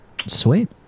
Sweet